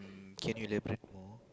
can you elaborate more